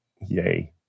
Yay